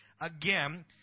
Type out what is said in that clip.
Again